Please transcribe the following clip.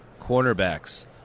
cornerbacks